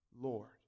Lord